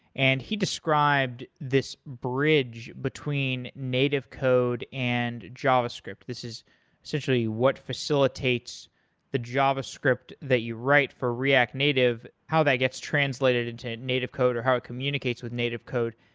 and he described this bridge between native code and javascript. this is essentially what facilitates the javascript that you write for react native, how that gets translated into a native code or how it communicates with native code.